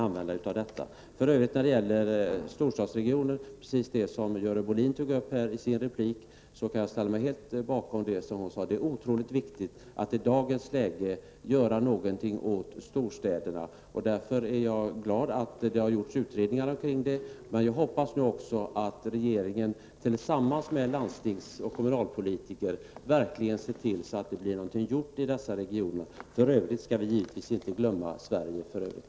När det gäller storstadsregionerna kan jag helt ställa mig bakom vad Görel Bohlin sade i sin replik. Det är otroligt viktigt att i dagens läge göra någonting åt storstäderna. Därför är jag glad att det har gjorts utredningar kring detta. Men jag hoppas nu också att regeringen tillsammans med landstings och kommunalpolitiker verkligen ser till att det blir någonting gjort i dessa regioner. Och vi skall naturligtvis inte glömma Sverige i övrigt.